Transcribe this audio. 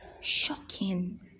shocking